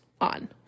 on